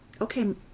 okay